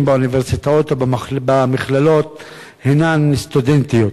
באוניברסיטאות ובמכללות הם סטודנטיות,